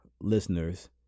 listeners